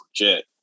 legit